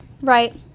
right